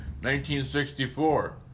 1964